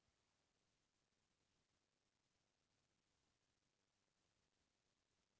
आधुनिक किसम के खेती म रसायनिक खातू बनेच बउरत हें